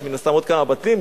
יש מן הסתם עוד כמה בתים,